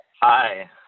Hi